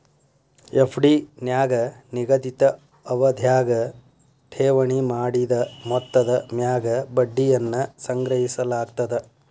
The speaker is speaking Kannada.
ಎಫ್.ಡಿ ನ್ಯಾಗ ನಿಗದಿತ ಅವಧ್ಯಾಗ ಠೇವಣಿ ಮಾಡಿದ ಮೊತ್ತದ ಮ್ಯಾಗ ಬಡ್ಡಿಯನ್ನ ಸಂಗ್ರಹಿಸಲಾಗ್ತದ